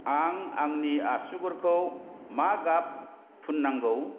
आं आंनि आसुगुरखौ मा गाब फुननांगौ